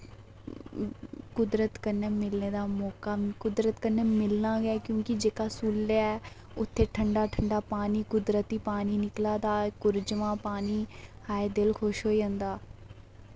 कुदरत कन्नै मिलने दा मौका कुदरत कन्नै मिलना गै क्यूंकि जेह्का सुल्ला ऐ उत्थै ठंडा ठंडा पानी कुदरती पानी निकला दा कुर्जमा पानी हाय दिल खुश होई जंदा